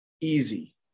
easy